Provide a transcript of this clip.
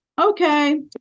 Okay